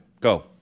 Go